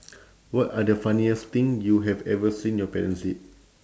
what are the funniest thing you have ever seen your parents did